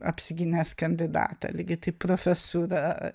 apsigynęs kandidatą lygiai taip profesūrą